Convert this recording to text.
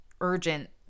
urgent